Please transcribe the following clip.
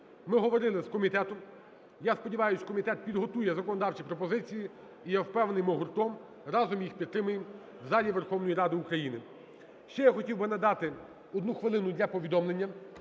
Ми говорили з комітетом. Я сподіваюсь, комітет підготує законодавчі пропозиції. І я впевнений, ми гуртом, разом їх підтримаємо в залі Верховної Ради України. Ще я хотів би надати 1 хвилину для повідомлення.